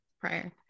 prior